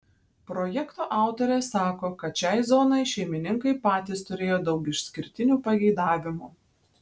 projekto autorė sako kad šiai zonai šeimininkai patys turėjo daug išskirtinių pageidavimų